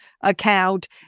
account